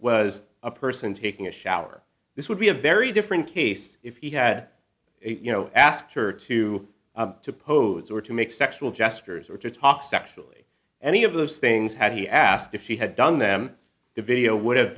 was a person taking a shower this would be a very different case if he had you know asked her to to pose or to make sexual gestures or to talk sexual any of those things had he asked if he had done them the video would have